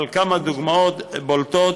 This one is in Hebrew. אבל כמה דוגמאות בולטות,